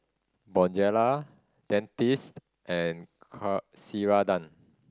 Bonjela Dentiste and Ceradan